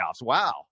Wow